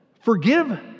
forgive